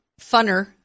funner